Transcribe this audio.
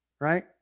Right